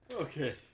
Okay